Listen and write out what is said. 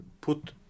put